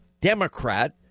Democrat